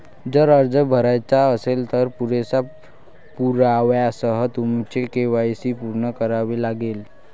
जर अर्ज भरायचा असेल, तर पुरेशा पुराव्यासह तुमचे के.वाय.सी पूर्ण करावे लागेल